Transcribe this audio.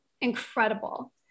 incredible